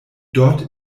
dort